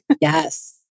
Yes